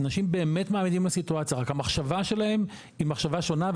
האנשים באמת מאמינים לסיטואציה רק המחשבה שלהם היא מחשבה שונה,